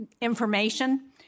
information